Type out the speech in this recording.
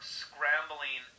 scrambling